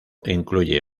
incluye